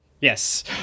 Yes